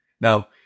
Now